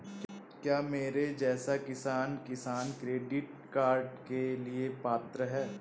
क्या मेरे जैसा किसान किसान क्रेडिट कार्ड के लिए पात्र है?